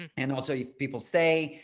and also if people stay,